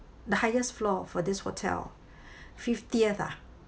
the highest floor for this hotel fiftieth ah